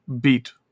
beat